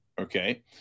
Okay